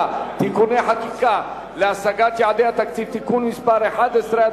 (תיקוני חקיקה להשגת יעדי התקציב) (תיקון מס' 11),